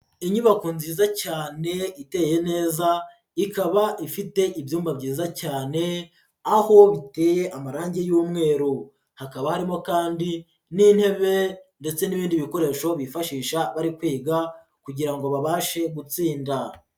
Inyubako nziza cyane iteye neza, ikaba ifite ibyumba byiza cyane, aho biteye amarangi y'umweru, hakaba harimo kandi n'intebe ndetse n'ibindi bikoresho bifashisha bari kwiga kugira ngo babashe gutsinda.